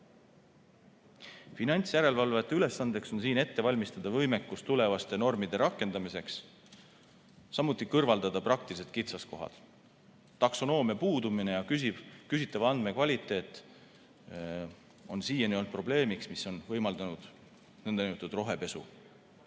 Finantsjärelevalvajate ülesandeks on siin ette valmistada võimekus tulevaste normide rakendamiseks, samuti kõrvaldada praktilised kitsaskohad. Taksonoomia puudumine ja küsitav andmekvaliteet on siiani olnud probleemiks, mis on võimaldanud nn rohepesu.